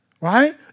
right